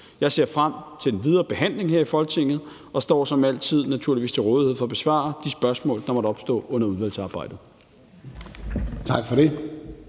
Jeg ser frem til den videre behandling her i Folketinget og står som altid naturligvis til rådighed for at besvare de spørgsmål, der måtte opstå under udvalgsarbejdet.